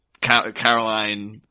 Caroline